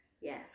Yes